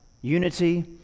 unity